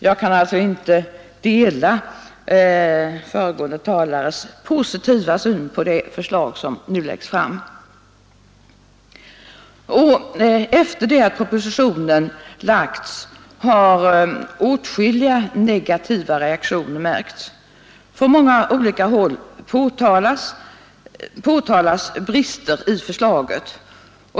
Jag kan alltså inte dela den föregående talarens positiva syn på de förslag som nu läggs fram. Sedan propositionen framlades har åtskilliga negativa reaktioner märkts. Från många olika håll påtalas brister i förslaget.